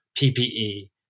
PPE